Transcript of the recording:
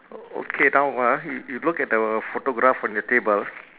o~ okay now ah y~ you look at the photograph on your table